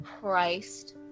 Christ